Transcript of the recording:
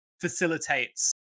facilitates